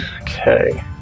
okay